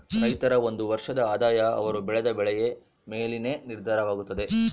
ರೈತರ ಒಂದು ವರ್ಷದ ಆದಾಯ ಅವರು ಬೆಳೆದ ಬೆಳೆಯ ಮೇಲೆನೇ ನಿರ್ಧಾರವಾಗುತ್ತದೆ